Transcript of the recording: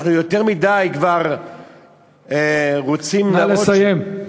אנחנו יותר מדי כבר רוצים להראות, נא לסיים.